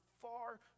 far